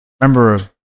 Remember